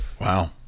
wow